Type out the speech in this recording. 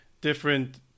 different